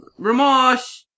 Ramosh